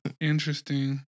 Interesting